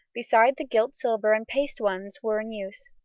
besides the gilt silver and paste ones were in use.